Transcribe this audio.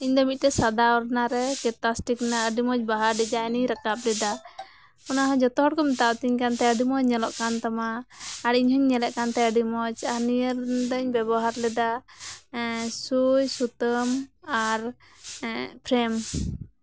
ᱤᱧ ᱫᱚ ᱢᱤᱜᱴᱮᱡ ᱥᱟᱫᱟ ᱳᱲᱱᱟᱨᱮ ᱠᱟᱛᱷᱟᱥᱴᱤᱪ ᱨᱮᱱᱟᱜ ᱟᱰᱤ ᱢᱚᱸᱡᱽ ᱵᱟᱦᱟ ᱰᱤᱡᱟᱭᱤᱱᱤᱧ ᱨᱟᱠᱟᱵ ᱞᱮᱫᱟ ᱚᱱᱟ ᱦᱚᱸ ᱡᱚᱛᱚ ᱦᱚᱲ ᱠᱚ ᱢᱮᱛᱟᱣ ᱛᱤᱧ ᱠᱟᱱ ᱛᱟᱦᱮᱸ ᱟᱰᱤ ᱢᱚᱸᱡᱽ ᱧᱮᱞᱚᱜ ᱠᱟᱱ ᱛᱟᱢᱟ ᱟᱨ ᱤᱧ ᱦᱚᱸᱧ ᱧᱮᱞᱮᱜ ᱠᱟᱱ ᱛᱟᱦᱮᱸᱜᱼᱟ ᱟᱰᱤ ᱢᱚᱸᱡᱽ ᱟᱨ ᱱᱤᱭᱟᱹ ᱫᱚᱧ ᱵᱮᱵᱚᱦᱟᱨ ᱞᱮᱫᱟ ᱥᱩᱭ ᱥᱩᱛᱟᱹᱢ ᱟᱨ ᱯᱷᱨᱮᱢ